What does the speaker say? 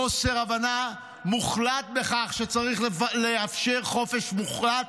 חוסר הבנה מוחלט לכך שצריך לאפשר חופש מוחלט,